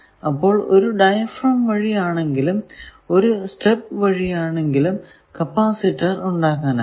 അപ്പോൾ ഒരു ഡയഫ്രം വഴി ആണെങ്കിലും ഒരു സ്റ്റെപ് വഴി ആണെങ്കിലും കപ്പാസിറ്റർ ഉണ്ടാക്കാനാകും